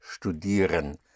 Studieren